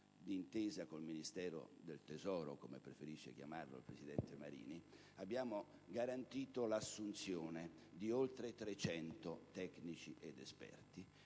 d'intesa con il Ministero del tesoro (come preferisce chiamarlo il presidente Marini), abbiamo garantito l'assunzione di oltre 300 tecnici ed esperti